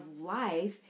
life